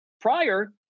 prior